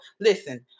listen